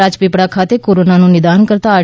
રાજપીપળા ખાતે કોરોનાનું નિદાન કરતાં આર